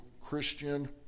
Christian